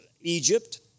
Egypt